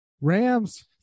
Rams